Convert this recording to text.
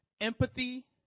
Empathy